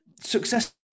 Success